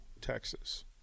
Texas